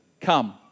come